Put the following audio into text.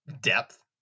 depth